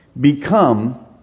become